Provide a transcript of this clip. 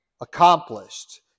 accomplished